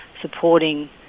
supporting